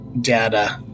data